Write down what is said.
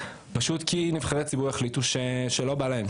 פשוט כי נבחרי הציבור יחליטו שלא בא להם,